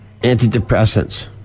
Antidepressants